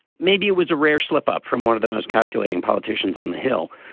maybe it was a rare slip up from one of the most calculating politicians on the hill.